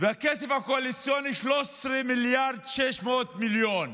והכסף הקואליציוני 13.6 מיליארד.